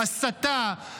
הסתה.